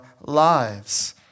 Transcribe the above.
lives